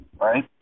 right